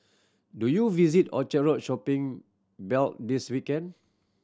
do you visit Orchard Road shopping belt this weekend